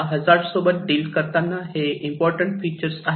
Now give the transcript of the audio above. hazard सोबत deal करताना हे इम्पॉर्टंट फिचर आहेत